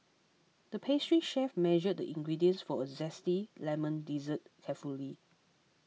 the pastry chef measured the ingredients for a Zesty Lemon Dessert carefully